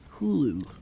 Hulu